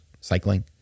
cycling